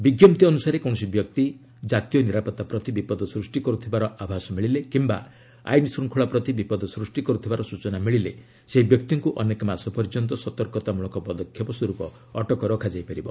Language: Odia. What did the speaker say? ବିଜ୍ଞପ୍ତି ଅନୁସାରେ କୌଣସି ବ୍ୟକ୍ତି ଜାତୀୟ ନିରାପତ୍ତା ପ୍ରତି ବିପଦ ସୃଷ୍ଟି କରୁଥିବାର ଆଭାସ ମିଳିଲେ କିମ୍ବା ଆଇନ ଶୃଙ୍ଖଳା ପ୍ରତି ବିପଦ ସୃଷ୍ଟି କରୁଥିବାର ସୂଚନା ମିଳିଲେ ସେହି ବ୍ୟକ୍ତିଙ୍କୁ ଅନେକ ମାସ ପର୍ଯ୍ୟନ୍ତ ସତର୍କତାମୂଳକ ପଦକ୍ଷେପ ସ୍ୱରୂପ ଅଟକ ରଖାଯାଇପାରିବ